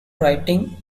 writing